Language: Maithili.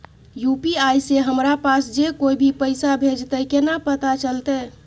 यु.पी.आई से हमरा पास जे कोय भी पैसा भेजतय केना पता चलते?